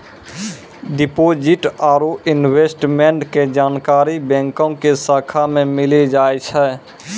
deposit आरू investment के जानकारी बैंको के शाखा मे मिली जाय छै